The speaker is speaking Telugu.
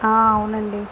ఆ అవునండి